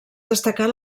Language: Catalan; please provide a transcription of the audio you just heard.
destacar